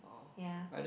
ya